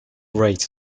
rate